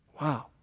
Wow